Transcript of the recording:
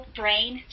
brain